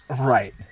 Right